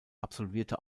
absolvierte